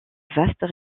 vastes